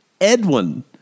Edwin